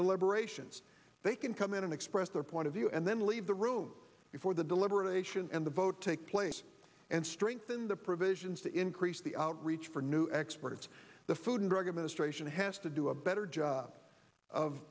deliberations they can come in and express their point of view and then leave the room before the deliberation and the vote take place and strengthen the provisions to increase the outreach for new experts the food and drug administration has to do a better job of